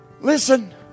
Listen